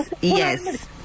yes